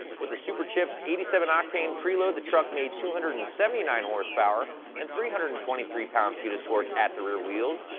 with the superchips eighty seven octane pre-load, the truck made two hundred and seventy nine horsepower and three hundred and twenty three pound feet of torque at the rear wheels.